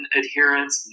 adherence